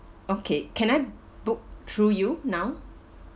okay can I book through you now